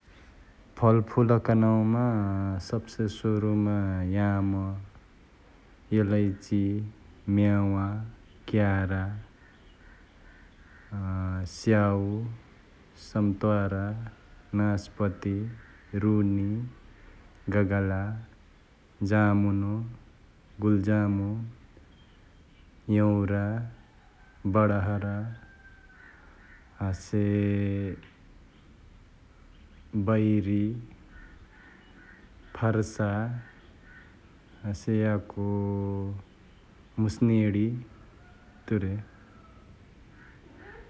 फलफुलक नांउमा सब्से सुरुमा याम्, एलिचि, म्यावा, क्यारा स्याउ, सम्त्वारा, नसपति, रुनि, गगला, जामुन्, गुलजामु, यौंरा, बडहर हसे बैरि, फर्सा, हसे याको मुसनेडी एतुरे ।